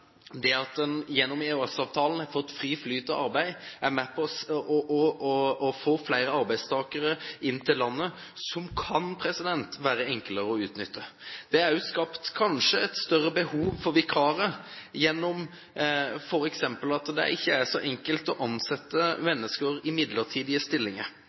det at en gjennom EØS-avtalen har fått fri flyt av arbeid er med på å få flere arbeidstakere til landet som kan være enklere å utnytte. Det har også kanskje skapt et større behov for vikarer ved at det f.eks. ikke er så enkelt å ansette mennesker i midlertidige stillinger.